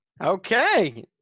Okay